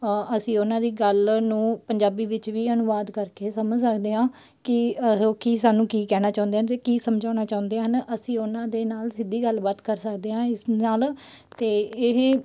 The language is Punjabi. ਅਸੀਂ ਉਹਨਾਂ ਦੀ ਗੱਲ ਨੂੰ ਪੰਜਾਬੀ ਵਿੱਚ ਵੀ ਅਨੁਵਾਦ ਕਰਕੇ ਸਮਝ ਸਕਦੇ ਹਾਂ ਕਿ ਉਹ ਕੀ ਸਾਨੂੰ ਕੀ ਕਹਿਣਾ ਚਾਹੁੰਦੇ ਹਨ ਅਤੇ ਕੀ ਸਮਝਾਉਣਾ ਚਾਹੁੰਦੇ ਹਨ ਅਸੀਂ ਉਹਨਾਂ ਦੇ ਨਾਲ ਸਿੱਧੀ ਗੱਲਬਾਤ ਕਰ ਸਕਦੇ ਹਾਂ ਇਸ ਨਾਲ ਅਤੇ ਇਹ